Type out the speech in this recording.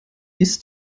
ist